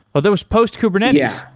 are those post-kubernetes.